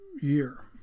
year